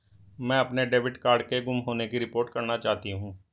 मैं अपने debit card के गुम होने की रिपोर्ट करना चाहती हूँ